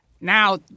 Now